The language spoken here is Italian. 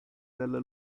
dalla